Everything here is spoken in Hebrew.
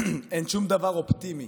אין שום דבר אופטימי,